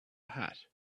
hat